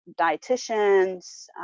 dietitians